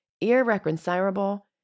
irreconcilable